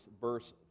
verse